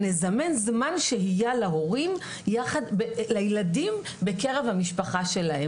נגיד: נזמן זמן שהייה לילדים בקרב משפחתם.